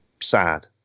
sad